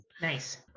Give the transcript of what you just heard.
nice